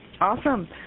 Awesome